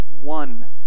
one